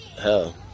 Hell